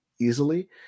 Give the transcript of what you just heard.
easily